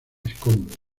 escombros